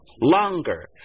longer